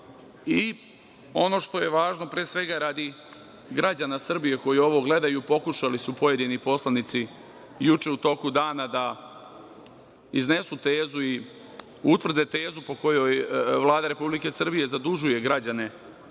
što je važno, pre svega radi građana Srbije koji ovo gledaju, pokušali su pojedini poslanici juče u toku dana da iznesu tezu i utvrde tezu po kojoj Vlada Republike Srbije zadužuje građane